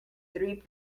three